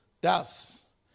doves